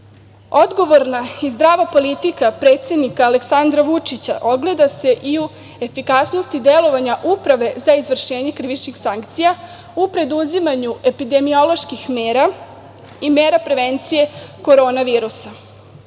odredbama. Odgovorna i zdrava politika predsednika Aleksandra Vučića ogleda se i u efikasnosti delovanja Uprave za izvršenje krivičnih sankcija, u preduzimanju epidemioloških mera i mera prevencije korona virusa.